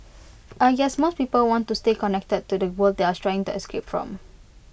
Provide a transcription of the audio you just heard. I guess most people want to stay connected to the world they are trying to escape from